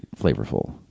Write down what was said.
flavorful